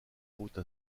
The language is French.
haute